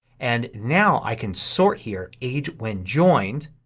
and now i can sort here, age when joined